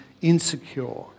insecure